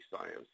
science